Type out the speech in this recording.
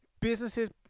Businesses